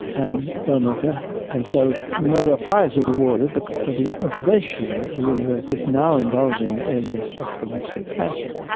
and perlmutter. and so the nobel prize was awarded but for the observation that the universe is now indulging in this exponential expansion.